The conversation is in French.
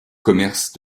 commerce